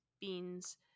beans